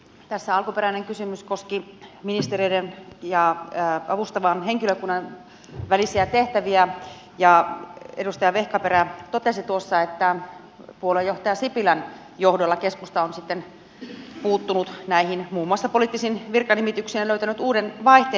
tässä alkuperäinen kysymys koski ministereiden ja avustavan henkilökunnan välisiä tehtäviä ja edustaja vehkaperä totesi tuossa että puoluejohtaja sipilän johdolla keskusta on sitten puuttunut muun muassa näihin poliittisiin virkanimityksiin ja löytänyt uuden vaihteen